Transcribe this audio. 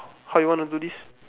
how you want to do this